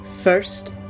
First